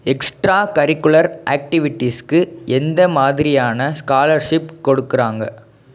extra curricular ஆக்ட்டிவிட்டீஸுக்கு எந்த மாதிரியான ஸ்காலர்ஷிப் கொடுக்குறாங்க